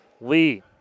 Lee